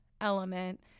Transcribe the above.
element